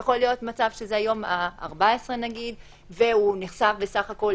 יכול להיות מצב שזה היום ה-14, והוא נחשף בסך הכול